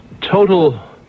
total